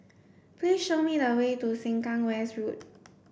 please show me the way to Sengkang West Road